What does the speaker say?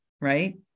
right